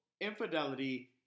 infidelity